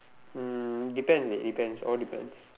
mm depends dey depends all depends